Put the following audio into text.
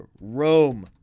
Rome